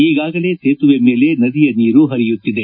ಈಗಾಗಲೇ ಸೇತುವೆ ಮೇಲೆ ನದಿಯ ನೀರು ಪರಿಯುತ್ತಿದೆ